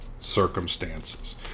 circumstances